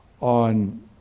on